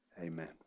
Amen